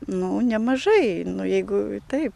nu nemažai nu jeigu taip